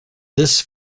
this